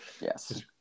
Yes